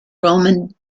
roman